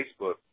Facebook